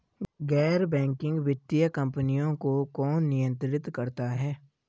गैर बैंकिंग वित्तीय कंपनियों को कौन नियंत्रित करता है?